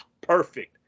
perfect